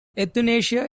euthanasia